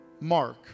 Mark